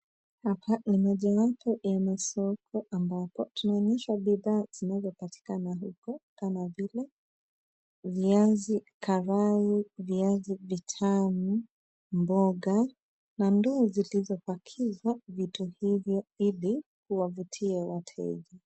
Hapa ni mojawapo ya masoko ambapo tunaonyeshwa bidhaa zinazopatikana huko kama vile viazi karai, viazi vitamu, mboga na ndoo zilizopakizwa vitu hivi huwavutia wateja.